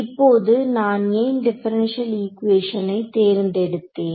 இப்போது நான் ஏன் டிபரன்ஷியல் ஈக்குவேசன் தேர்ந்தெடுத்தேன்